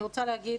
אני רוצה להגיד